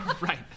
right